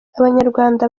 abanyarwanda